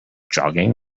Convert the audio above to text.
jogging